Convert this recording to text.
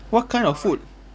what kind of food